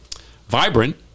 vibrant